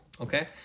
okay